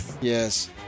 Yes